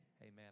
Amen